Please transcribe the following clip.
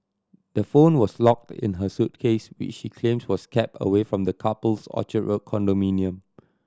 the phone was locked in her suitcase which she claims was kept away from the couple's Orchard Road condominium